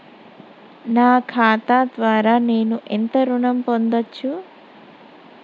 నా ఖాతా ద్వారా నేను ఎంత ఋణం పొందచ్చు?